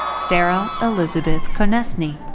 sara elizabeth konecny.